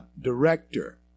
director